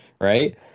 Right